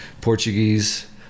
Portuguese